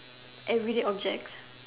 everyday objects